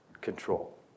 control